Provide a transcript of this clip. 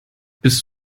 bist